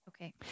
Okay